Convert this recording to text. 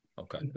Okay